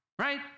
right